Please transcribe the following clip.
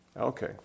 Okay